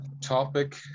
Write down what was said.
Topic